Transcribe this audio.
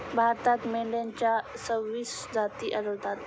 भारतात मेंढ्यांच्या सव्वीस जाती आढळतात